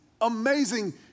amazing